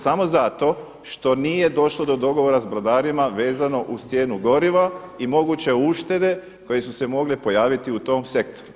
Samo zato što nije došlo do dogovora s brodarima vezano uz cijenu goriva i moguće uštede koje su se mogle pojaviti u tom sektoru.